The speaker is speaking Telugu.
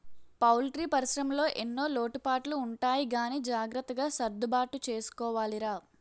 పౌల్ట్రీ పరిశ్రమలో ఎన్నో లోటుపాట్లు ఉంటాయి గానీ జాగ్రత్తగా సర్దుబాటు చేసుకోవాలిరా